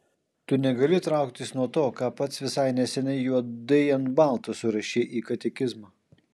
tu negali trauktis nuo to ką pats visai neseniai juodai ant balto surašei į katekizmą